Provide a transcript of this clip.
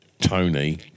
Tony